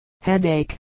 headache